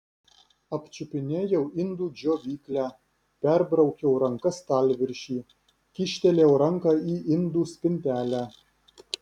apčiupinėjau indų džiovyklę perbraukiau ranka stalviršį kyštelėjau ranką į indų spintelę